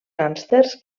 gàngsters